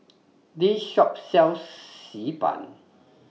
This Shop sells Xi Ban